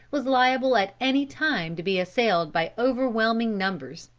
was liable at any time to be assailed by overwhelming numbers.